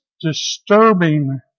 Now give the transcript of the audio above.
disturbing